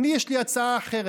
יש לי הצעה אחרת.